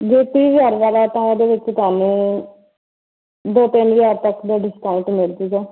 ਜੋ ਤੀਹ ਹਜ਼ਾਰ ਵਾਲਾ ਤਾਂ ਉਹਦੇ ਵਿਚ ਤੁਹਾਨੂੰ ਦੋ ਤਿੰਨ ਹਜ਼ਾਰ ਤੱਕ ਦਾ ਡਿਸਕਾਊਂਟ ਮਿਲ ਜੁਗਾ